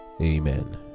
Amen